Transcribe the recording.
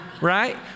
right